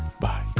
bye